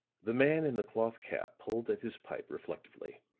the man in the cloth cap pulled at his pipe reflectively.